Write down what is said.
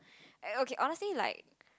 and~ okay honestly like